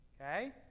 okay